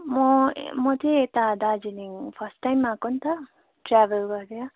म म चाहिँ यता दार्जिलिङ फर्स्ट टाइम आएको नि त ट्र्याभल गरेर